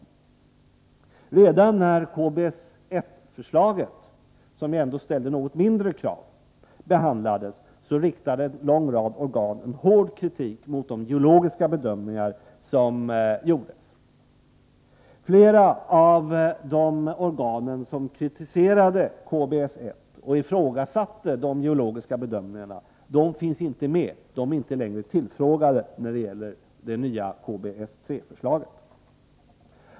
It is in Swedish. Nr 65 Redan när KBS-1-förslaget — som ändå ställde något mindre krav — Måndagen den behandlades, riktade en lång rad organ hård kritik mot de geologiska 23 januari 1984 bedömningar som gjordes. Flera av de organ som kritiserade KBS-1 och ifrågasatte de geologiska bedömningarna är inte längre tillfrågade när det gäller det nya KBS-3-förslaget.